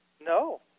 No